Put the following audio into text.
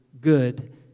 good